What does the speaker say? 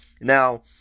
now